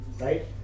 right